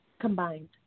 Combined